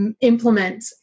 implement